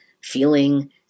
feeling